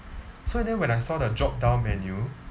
so and then when I saw the drop down menu